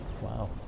Wow